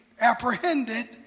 apprehended